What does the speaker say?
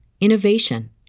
innovation